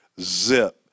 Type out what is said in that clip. zip